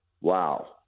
Wow